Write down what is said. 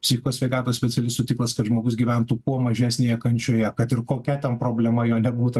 psichikos sveikatos specialistų tikslas tad žmogus gyventų kuo mažesnėje kančioje kad ir kokia ten problema jo nebūtų